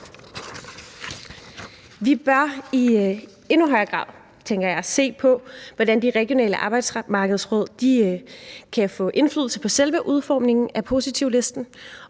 Vi bør i endnu højere grad, tænker jeg, se på, hvordan de regionale arbejdsmarkedsråd kan få indflydelse på selve udformningen af positivlisten